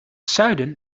zuiden